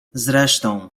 zresztą